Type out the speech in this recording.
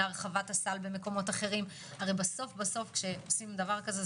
להרחבת הסל במקומות אחרים - הרי בסוף כשעושים דבר כזה,